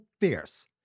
fierce